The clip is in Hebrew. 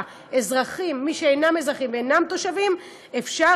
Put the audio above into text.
ולמי שאינם אזרחים ואינם תושבים אפשר